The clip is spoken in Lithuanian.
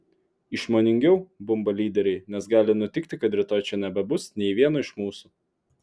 išmoningiau bumba lyderiai nes gali nutikti kad rytoj čia nebebus nė vieno iš mūsų